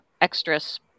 extras